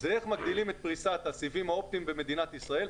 הוא איך מגדילים את פריסת הסיבים האופטיים במדינת ישראל.